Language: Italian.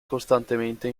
costantemente